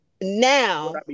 now